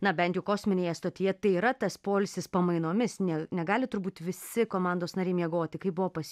na bent jų kosminėje stotyje tai yra tas poilsis pamainomis negali turbūt visi komandos nariai miegoti kaip buvo pas